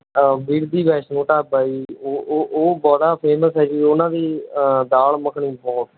ਵਿਰਦੀ ਵੈਸ਼ਨੂੰ ਢਾਬਾ ਹੈ ਜੀ ਉਹ ਉਹ ਉਹ ਬੜਾ ਫੇਮਸ ਹੈ ਜੀ ਉਹਨਾਂ ਦੀ ਦਾਲ ਮੱਖਣੀ ਬਹੁਤ